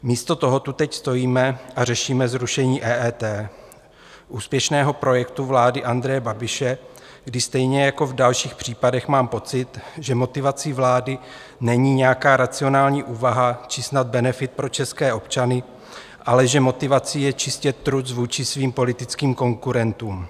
Místo toho tu teď stojíme a řešíme zrušení EET, úspěšného projektu vlády Andreje Babiše, kdy stejně jako v dalších případech mám pocit, že motivací vlády není nějaká racionální úvaha či snad benefit pro české občany, ale že motivací je čistě truc vůči svým politickým konkurentům.